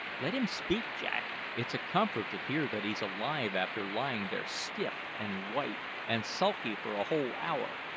let him speak, jack it's a comfort to hear that he's alive after lying there stiff and white and sulky for a whole hour,